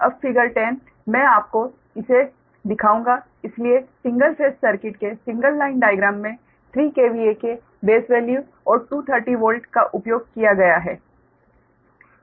अब फिगर 10 मैं आपको इसे दिखाऊंगा इसलिए सिंगल फेज सर्किट के सिंगल लाइन डाइग्राम में 3 KVA के बेस वैल्यू और 230 वोल्ट का उपयोग किया गया है